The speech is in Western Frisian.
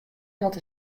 dat